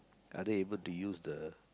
are they able to use the